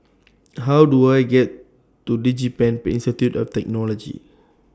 How Do I get to Digipen been Institute of Technology